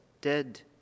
dead